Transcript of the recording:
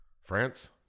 France